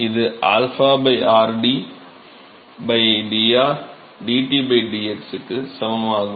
இது 𝝰 r d dr dT dx க்கு சமமாகும்